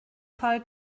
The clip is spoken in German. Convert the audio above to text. fall